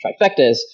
trifectas